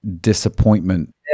disappointment